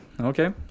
Okay